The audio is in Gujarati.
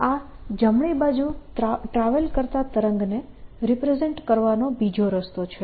આ જમણી બાજુ ટ્રાવેલ કરતા તરંગને રિપ્રેઝેન્ટ કરવાનો બીજો રસ્તો છે